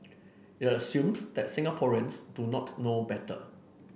it assumes that Singaporeans do not know better